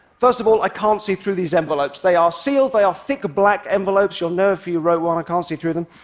first of all i can't see through these envelopes. they are sealed. they are thick black envelopes. you'll know if you wrote um i can't see through them.